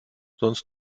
sonst